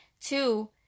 Two